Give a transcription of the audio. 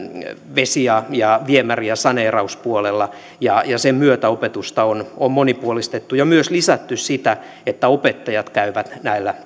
vesi ja ja viemäri ja saneerauspuolella ja sen myötä opetusta on on monipuolistettu ja myös lisätty sitä että opettajat käyvät